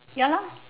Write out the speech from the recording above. ya lah